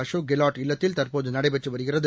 அஷோக் கெலாட் இல்லத்தில் தற்போது நடைபெற்று வருகிறது